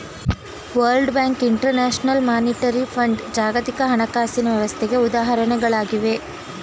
world Bank, International Monetary Fund ಜಾಗತಿಕ ಹಣಕಾಸಿನ ವ್ಯವಸ್ಥೆಗೆ ಉದಾಹರಣೆಗಳಾಗಿವೆ